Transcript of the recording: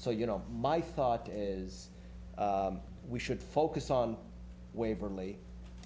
so you know my thought is we should focus on waverley